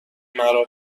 مرا